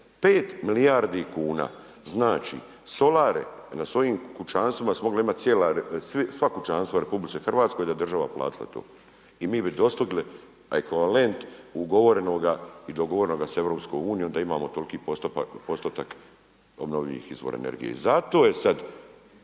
5 milijardi kuna, znači solare, na svojim kućanstvima su mogla imati sva kućanstva u RH da je država platila to. I mi bi dostigli ekvivalent ugovorenoga i dogovorenoga sa EU-om, da imamo toliko postotak obnovljivih izvora energije i zato je sad